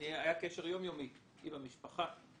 היה קשר יום-יומי עם המשפחה.